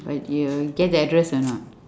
but you get the address or not